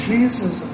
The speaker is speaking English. Jesus